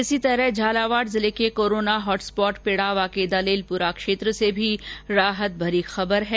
इसी तरह झालावाड़ जिले के कोरोना हॉट स्पॉट पिड़ावा के दलेलपुरा क्षेत्र से भी राहतभरी खबर है